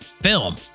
film